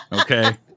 Okay